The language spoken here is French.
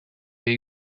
est